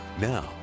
Now